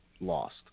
lost